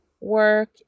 work